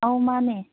ꯑꯥꯎ ꯃꯥꯅꯦ